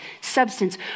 substance